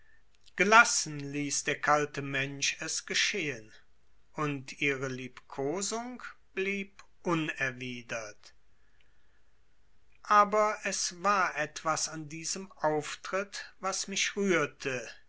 gelassen ließ der kalte mensch es geschehen und ihre liebkosung blieb unerwidert aber es war etwas an diesem auftritt was mich rührte